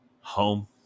home